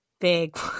Big